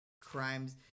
Crimes